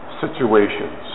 situations